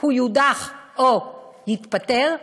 הוא יודח או יתפטר,